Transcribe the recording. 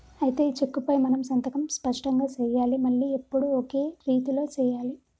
అయితే ఈ చెక్కుపై మనం సంతకం స్పష్టంగా సెయ్యాలి మళ్లీ ఎప్పుడు ఒకే రీతిలో సెయ్యాలి